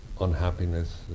unhappiness